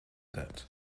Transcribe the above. that